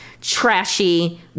trashy